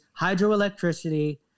hydroelectricity